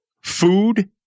food